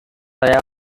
saya